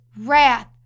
wrath